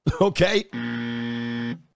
okay